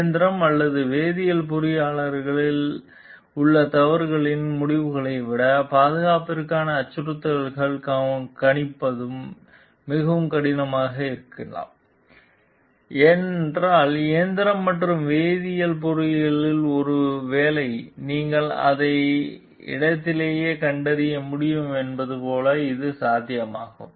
இயந்திர அல்லது வேதியியல் பொறியியலில் உள்ள தவறுகளின் முடிவுகளை விட பாதுகாப்பிற்கான அச்சுறுத்தல்கள் கணிப்பது மிகவும் கடினமாக இருக்கலாம் ஏனென்றால் இயந்திர மற்றும் வேதியியல் பொறியியலில் ஒருவேளை நீங்கள் அதை இடத்திலேயே கண்டறிய முடியும் என்பது போல இது சாத்தியமாகும்